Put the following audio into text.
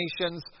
nations